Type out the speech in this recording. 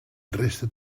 resta